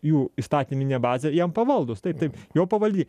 jų įstatyminę bazę jam pavaldūs taip taip jo pavaldi